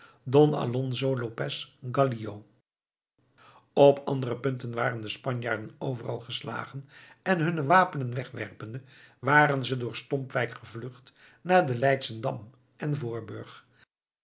don alonzo lopez gallio op andere punten waren de spanjaarden overal geslagen en hunne wapenen wegwerpende waren ze door stompwijk gevlucht naar den leidschendam en voorburg